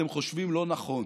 אתם חושבים לא נכון.